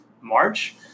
March